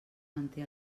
manté